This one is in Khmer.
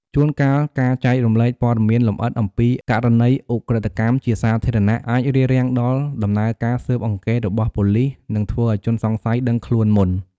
ជួនកាល ការចែករំលែកព័ត៌មានលម្អិត អំពី ករណីឧក្រិដ្ឋកម្ម ជាសាធារណៈ អាច រារាំងដល់ដំណើរការស៊ើបអង្កេតរបស់ប៉ូលិស និងធ្វើឱ្យ ជនសង្ស័យដឹងខ្លួនមុន។